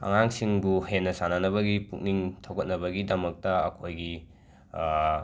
ꯑꯉꯥꯡꯁꯤꯡꯕꯨ ꯍꯦꯟꯅ ꯁꯥꯟꯅꯅꯕꯒꯤ ꯄꯨꯛꯅꯤꯡ ꯊꯣꯒꯠꯅꯕꯒꯤꯗꯃꯛꯇ ꯑꯩꯈꯣꯏꯒꯤ